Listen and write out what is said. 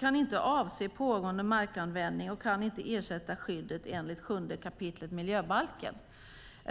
kan inte avse pågående markanvändning och kan inte ersätta skyddet enligt 7 kap. miljöbalken.